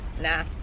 Nah